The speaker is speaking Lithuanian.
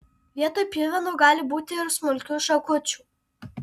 vietoj pjuvenų gali būti ir smulkių šakučių